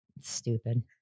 stupid